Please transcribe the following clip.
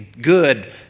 good